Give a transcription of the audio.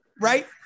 right